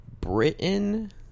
Britain